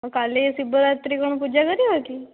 କାଲି ଶିବରାତ୍ରୀ କ'ଣ ପୂଜା କରିବ କି